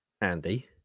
Andy